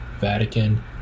Vatican